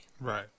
Right